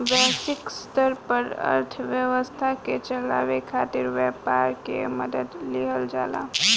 वैश्विक स्तर पर अर्थव्यवस्था के चलावे खातिर व्यापार के मदद लिहल जाला